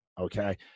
Okay